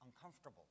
uncomfortable